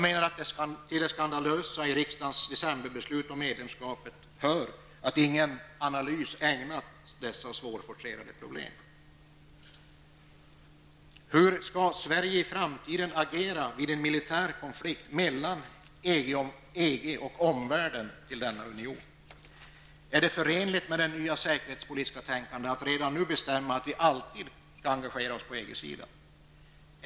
Skandalöst i fråga om riksdagens decemberbeslut om medlemskapet är också att ingen analys har gjorts av dessa svårforcerade problem. Hur skall Sverige i framtiden agera vid en militär konflikt mellan EG och denna unions omvärld? Är det förenligt med det nya säkerhetspolitiska tänkandet att redan nu bestämma att vi alltid skall engagera oss på EG-sidan?